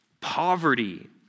Poverty